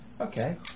Okay